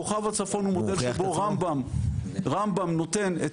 כוכב הצפון הוא מודל שבו רמב"ם נותן את